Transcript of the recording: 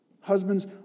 Husbands